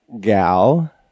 Gal